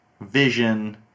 Vision